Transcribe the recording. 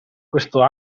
questo